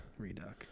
Reduck